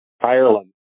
Ireland